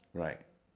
right